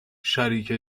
شریک